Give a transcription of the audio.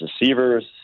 receivers